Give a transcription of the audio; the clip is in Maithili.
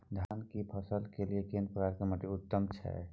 धान की फसल के लिये केना प्रकार के माटी उत्तम छै?